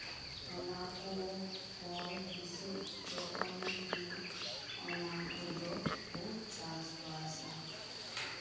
ᱚᱱᱟ ᱠᱚ ᱦᱩᱭ ᱦᱤᱸᱥᱤᱫ ᱡᱚᱠᱷᱚᱱ ᱜᱮ ᱚᱱᱟ ᱠᱚᱫᱚ ᱠᱚ ᱪᱟᱥᱵᱟᱥ ᱟ